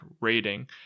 rating